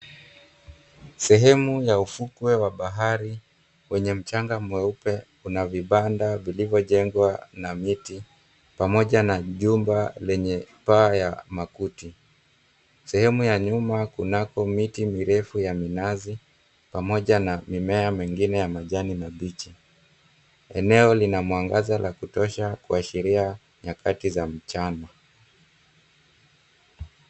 Sehemu ya ufukwe wa bahari, wenye mchanga mweupe, kuna vibanda vilivyojengwa na miti, pamoja na jumba lenye paa ya makuti. Sehemu ya nyuma kunako miti mirefu ya minazi, pamoja na mimea mengine ya majani mabichi. Eneo lina mwangaza la kutosha kuashiria nyakati za mchana.